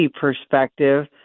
perspective